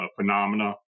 phenomena